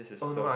just so